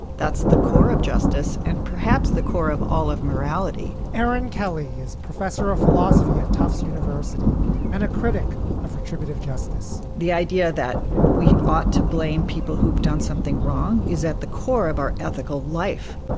that's the core of justice and perhaps the core of all of morality. aaron kelly is professor of philosophy at tufts university and a critic of retributive justice the idea that we ought to blame people who've done something wrong is at the core of our ethical life